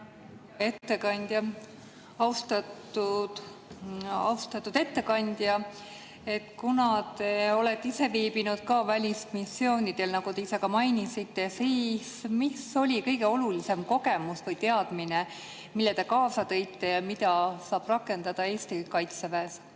Kaitseväes? Austatud ettekandja! Kuna te olete ka ise viibinud välismissioonidel, nagu te mainisite, siis mis on kõige olulisem kogemus või teadmine, mille te kaasa tõite ja mida saab rakendada Eesti Kaitseväes?